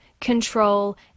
control